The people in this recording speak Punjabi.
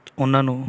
ਉਹਨਾਂ ਨੂੰ